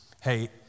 Hey